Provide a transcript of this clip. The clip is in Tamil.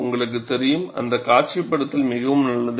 உங்களுக்கு தெரியும் அந்த காட்சிப்படுத்தல் மிகவும் நல்லது